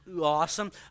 awesome